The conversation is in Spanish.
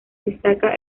destaca